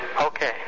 Okay